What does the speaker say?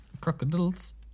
Crocodiles